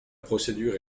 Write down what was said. procédure